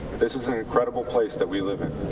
this is an incredible place that we live in.